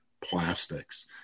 plastics